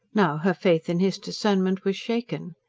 now her faith in his discernment was shaken.